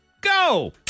go